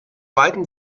weithin